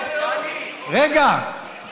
אני אבהיר את הדברים,